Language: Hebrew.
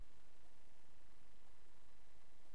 מעין